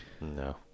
No